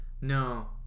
No